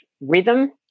rhythm